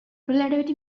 relativity